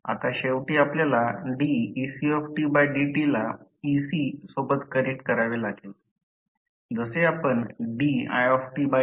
आता शेवटी आपल्याला decdt ला ec सोबत कनेक्ट करावे लागेल